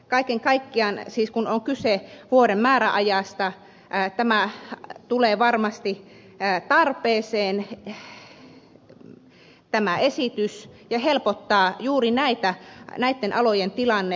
kaiken kaikkiaan siis kun on kyse vuoden määräajasta tämä esitys tulee varmasti tarpeeseen ja helpottaa juuri näitten alojen tilannetta